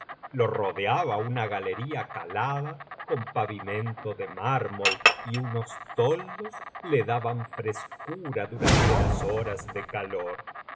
lo rodeaba una galería calada con pavimento de mármol y unos toldos le daban frescura durante las horas de calor